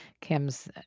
Kim's